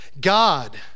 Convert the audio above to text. God